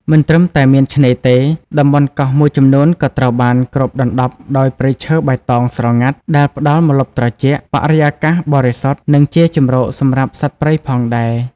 មិនត្រឹមតែមានឆ្នេរទេ តំបន់កោះមួយចំនួនក៏ត្រូវបានគ្របដណ្តប់ដោយ ព្រៃឈើបៃតងស្រងាត់ ដែលផ្តល់ម្លប់ត្រជាក់ បរិយាកាសបរិសុទ្ធ និងជាជម្រកសម្រាប់សត្វព្រៃផងដែរ។